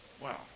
Wow